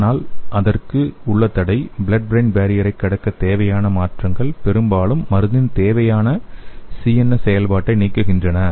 ஆனால் இதற்கு உள்ள தடை ப்ளட் ப்ரெயின் பேரியரை கடக்க தேவையான மாற்றங்கள் பெரும்பாலும் மருந்தின் தேவையான சிஎன்எஸ் செயல்பாட்டை நீக்குகின்றன